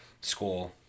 school